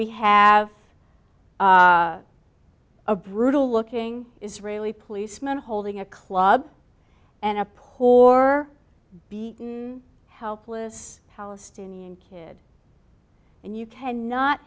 we have a brutal looking israeli police man holding a club and up or beaten helpless palestinian kid and you tend not